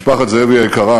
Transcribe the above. משפחת זאבי היקרה,